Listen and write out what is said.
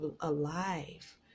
alive